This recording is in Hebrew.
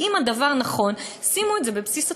אם הדבר נכון, שימו את זה בבסיס התקציב,